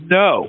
no